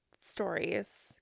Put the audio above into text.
stories